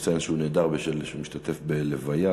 לציין שהוא נעדר בגלל שהוא משתתף בלוויה,